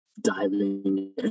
diving